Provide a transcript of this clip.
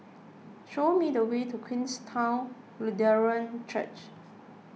show me the way to Queenstown Lutheran Church